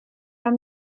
are